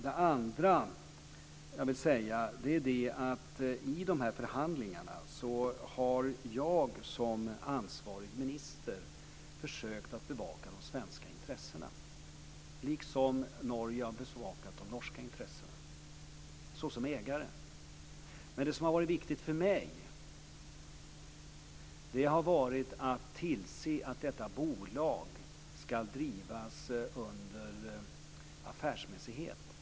Det andra jag vill säga är att i de här förhandlingarna har jag som ansvarig minister försökt att bevaka de svenska intressena liksom Norge har bevakat de norska intressena, alltså som ägare. Men det som har varit viktigt för mig har varit att tillse att detta bolag ska drivas under affärsmässighet.